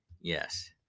Yes